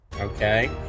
Okay